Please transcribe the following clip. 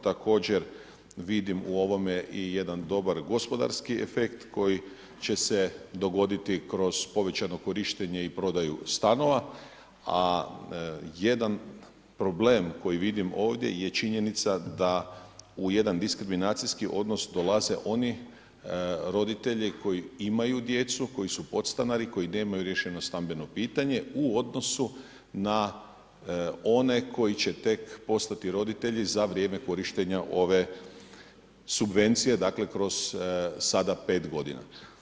Također vidim u ovome i jedan dobar gospodarski efekt koji će se dogoditi kroz povećano korištenje i prodaju stanova, a jedan problem koji vidim ovdje je činjenica da u jedan diskriminacijski odnos dolaze oni roditelji koji imaju djecu, koji su podstanari, koji nemaju riješeno stambeno pitanje u odnosu na one koji će tek postati roditelji za vrijeme korištenja ove subvencije, dakle kroz sada 5 godina.